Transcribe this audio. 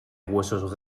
huesos